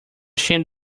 shame